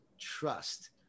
trust